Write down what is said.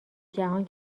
جهان